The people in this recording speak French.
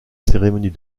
cérémonies